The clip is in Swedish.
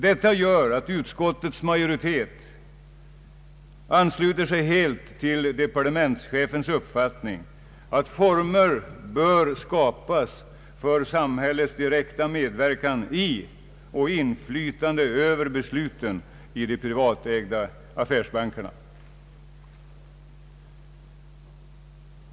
Detta gör att utskottets majoritet ansluter sig helt till departementschefens uppfattning, att former bör skapas för samhällets direkta medverkan i och inflytande över besluten i de privatägda affärsbankerna.